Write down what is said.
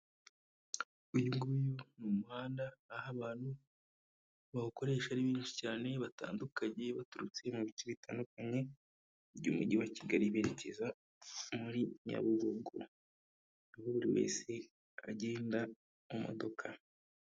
Uyu nguyu ni umuhanda, aho abantu bawukoresha ari benshi cyane, batandukanye, baturutse mu bice bitandukanye, by'umujyi wa Kigali berekeza muri, Nyabugogo. Aho buri wese agenda mu modoka.